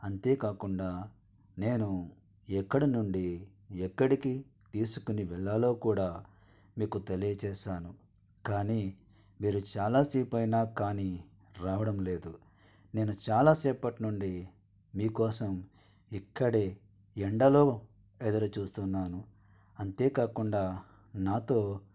అంతే కాకుండా నేను ఎక్కడి నుండి ఎక్కడికి తీసుకొని వెళ్ళాలో కూడా మీకు తెలియజేశాను కానీ మీరు చాలా సేపైనా కానీ రావడం లేదు నేను చాలా సేపటి నుండి మీకోసం ఇక్కడే ఎండలో ఎదురుచూస్తున్నాను అంతేకాకుండా నాతో